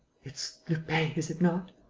it's lupin, is it not?